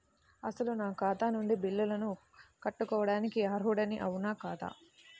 అసలు నా ఖాతా నుండి బిల్లులను కట్టుకోవటానికి అర్హుడని అవునా కాదా?